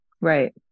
Right